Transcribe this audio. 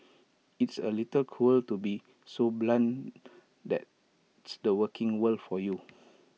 it's A little cruel to be so blunt that's the working world for you